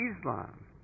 Islam